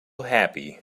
happy